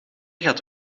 gaat